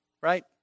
right